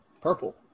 Purple